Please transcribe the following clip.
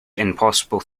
impossible